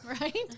right